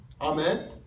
Amen